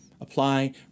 apply